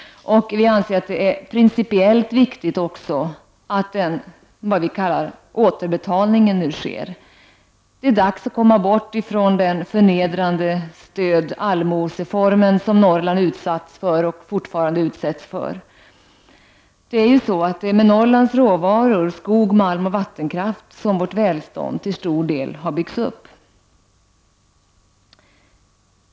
Vi anser att det är principiellt viktigt att denna s.k. återbetalning nu sker. Det är dags att komma bort ifrån den förnedrande stöd-allmoseformeln som Norrland utsatts för och fortfarande utsätts för. Det är med Norrlands råvaror — skog, malm och vattenkraft — som vårt välstånd till stor del byggts upp.